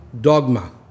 dogma